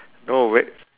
no wait